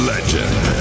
Legend